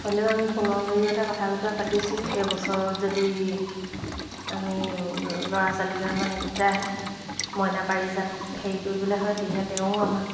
হ'লেও আমি ফোনৰ জৰিয়তে কথা বতৰা পাতিছোঁ এই বছৰত যদি আমি ল'ৰা ছোৱালীকেইটামান গোটাই মইনা পাৰিজাত হেৰি কৰিবলৈ হয় তেতিয়া তেওঁ আমাক